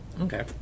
Okay